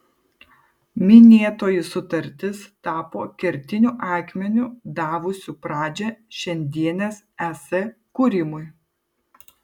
minėtoji sutartis tapo kertiniu akmeniu davusiu pradžią šiandienės es kūrimui